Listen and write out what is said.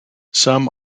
some